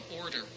order